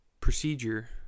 procedure